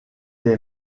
est